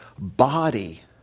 Body